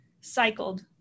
cycled